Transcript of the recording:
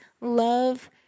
love